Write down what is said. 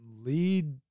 lead